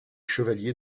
chevalier